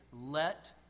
let